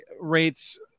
rates